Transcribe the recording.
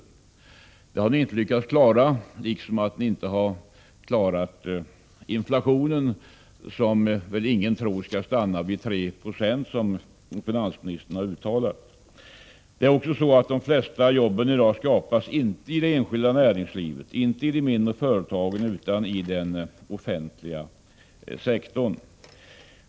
Arbetslösheten har ni inte lyckats klara liksom inte heller inflationen, som väl ingen tror skall stanna vid de 3 20 som finansministern har angett. Vidare är det inte så att de flesta arbetstillfällena skapas i de mindre företagen inom det enskilda näringslivet, utan de skapas inom den offentliga sektorn.